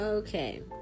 Okay